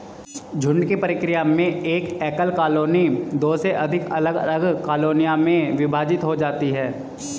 झुंड की प्रक्रिया में एक एकल कॉलोनी दो से अधिक अलग अलग कॉलोनियों में विभाजित हो जाती है